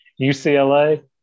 UCLA